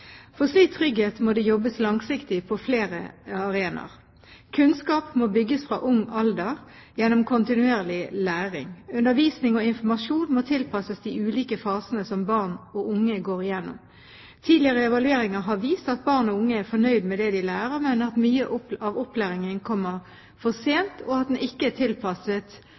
For slik trygghet må det jobbes langsiktig på flere arenaer. Kunnskap må bygges fra ung alder gjennom kontinuerlig læring. Undervisning og informasjon må tilpasses de ulike fasene som barn og unge går gjennom. Tidligere evalueringer har vist at barn og unge er fornøyd med det de lærer, men at mye av opplæringen kommer for sent, og at den ikke er tilpasset